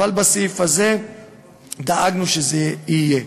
אבל בסעיף הזה דאגנו שזה יהיה.